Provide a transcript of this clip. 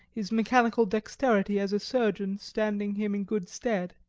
his mechanical dexterity as a surgeon standing him in good stead.